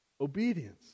Obedience